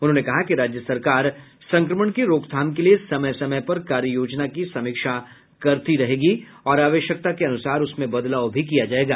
उन्होंने कहा कि राज्य सरकार संक्रमण की रोकथाम के लिए समय समय पर कार्य योजना की समीक्षा करती रहेगी और आवश्यकता के अनुसार उसमें बदलाव भी किया जायेगा